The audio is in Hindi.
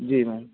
जी मैंम